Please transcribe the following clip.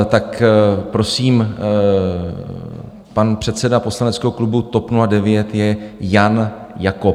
Tak prosím, pan předseda poslaneckého klubu TOP 09 je Jan Jakob.